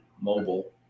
mobile